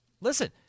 Listen